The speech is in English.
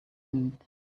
need